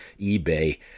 eBay